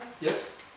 Yes